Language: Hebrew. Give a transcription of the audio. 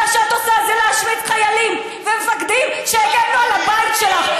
מה שאת עושה זה להשמיץ חיילים ומפקדים שהגנו על הבית שלך,